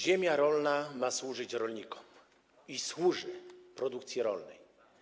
Ziemia rolna ma służyć rolnikom i służyć produkcji rolnej.